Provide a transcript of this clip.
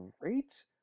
great